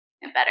better